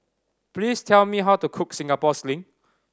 please tell me how to cook Singapore Sling